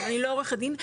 אני לא עורכת דין,